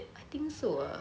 I think so ah